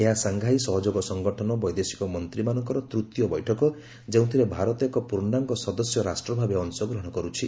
ଏହା ସାଂଘାଇ ସହଯୋଗ ସଂଗଠନ ବୈଦେଶିକ ମନ୍ତ୍ରୀମାନଙ୍କର ତୂତୀୟ ବୈଠକ ଯେଉଁଥିରେ ଭାରତ ଏକ ପୂର୍ଷାଙ୍ଗ ସଦସ୍ୟ ରାଷ୍ଟ୍ରଭାବେ ଅଂଶଗ୍ରହଣ କରୁଛି